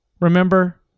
remember